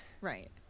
Right